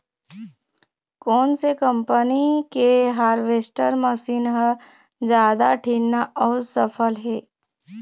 कोन से कम्पनी के हारवेस्टर मशीन हर जादा ठीन्ना अऊ सफल हे?